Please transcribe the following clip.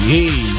Hey